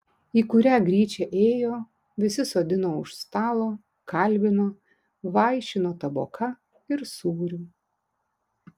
į kurią gryčią ėjo visi sodino už stalo kalbino vaišino taboka ir sūriu